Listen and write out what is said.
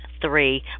three